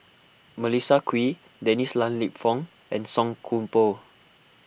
Melissa Kwee Dennis Lan Lip Fong and Song Koon Poh